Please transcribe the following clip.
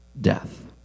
death